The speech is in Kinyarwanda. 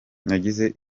nagize